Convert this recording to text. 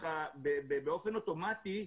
באופן אוטומטי,